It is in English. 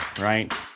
right